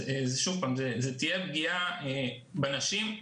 זה יהיה פגיעה בנשים.